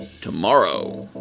tomorrow